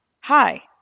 Hi